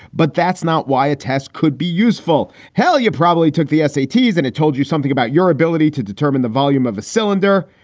but that's not why a test could be useful. hell, you probably took the s a t. and it told you something about your ability to determine the volume of a cylinder.